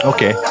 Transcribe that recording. Okay